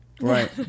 right